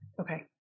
Okay